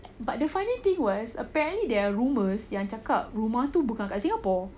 but the funny thing was apparently there are rumours yang cakap rumah tu bukan kat singapore